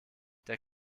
der